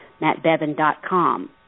mattbevin.com